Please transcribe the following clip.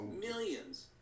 millions